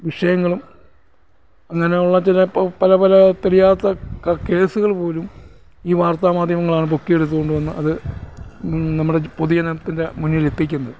വിഷയങ്ങളും അങ്ങനെയുള്ള ചില പലപല തെളിയാത്ത കേസുകൾ പോലും ഈ വാർത്താമാധ്യമങ്ങളാണ് പൊക്കിയെടുത്ത് കൊണ്ടുവന്ന് അത് നമ്മുടെ പൊതുജനത്തിൻ്റെ മുന്നിലെത്തിക്കുന്നത്